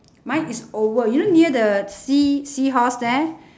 mine is oval you know near the sea seahorse there